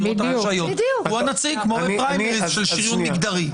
הוא הנציג כמו בפריימריז של שריון מגדרי.